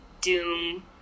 doom